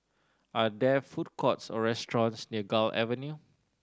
are there food courts or restaurants near Gul Avenue